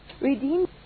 Redeemed